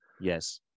Yes